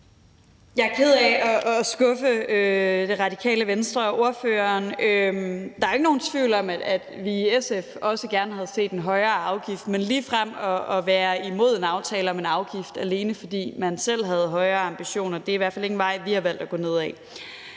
Jeg er ked af at skuffe Radikale Venstres ordfører. Der er jo ikke nogen tvivl om, at vi i SF også gerne havde set en højere afgift, men ligefrem at være imod en aftale om en afgift, alene fordi man selv havde højere ambitioner, er i hvert fald ikke en vej, vi har valgt at gå ned ad.